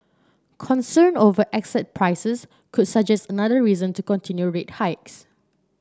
concern over asset prices could suggest another reason to continue rate hikes